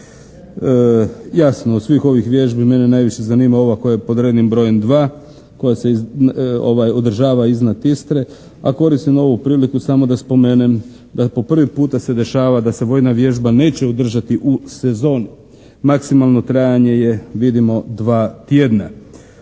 Jasno od svih ovih vježbi mene najviše zanima ova koja je pod rednim brojem 2. koja se održava iznad Istre a koristim ovu priliku samo da spomenem da po prvi puta se dešava da se vojna vježba neće održati u sezoni. Maksimalno trajanje je vidimo 2 tjedna.